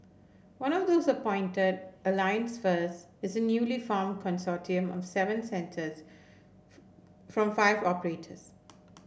one of those appointed Alliance First is a newly formed consortium of seven centres from five operators